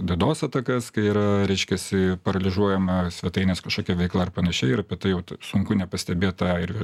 dienos atakas kai yra reiškiasi paralyžiuojama svetainės kažkokia veikla ar panašiai ir apie tai jau sunku nepastebėt tą ir